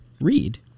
Read